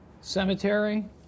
Cemetery